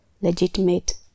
legitimate